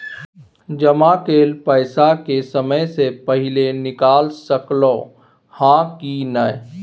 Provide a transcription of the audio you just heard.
जमा कैल पैसा के समय से पहिले निकाल सकलौं ह की नय?